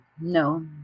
No